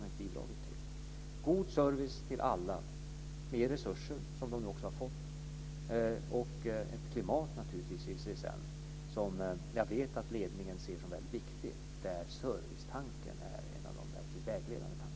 Det ska vara god service till alla, mer resurser - som man nu också har fått - och ett klimat i CSN där servicetanken är en av de verkligt vägledande tankarna. Jag vet att ledningen ser det som väldigt viktigt.